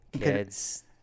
kids